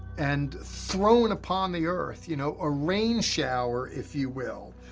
and thrown upon the earth, you know, a rain shower, if you will,